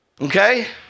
okay